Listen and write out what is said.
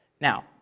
Now